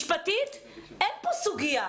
משפטית אין פה סוגיה.